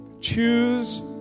Choose